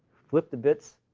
flip the bits,